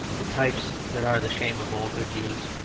the types that are the shame of all good jews,